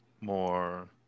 more